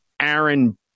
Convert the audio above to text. Aaron